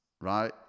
right